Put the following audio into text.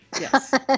Yes